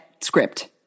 script